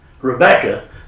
rebecca